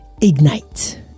Ignite